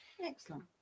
excellent